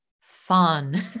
fun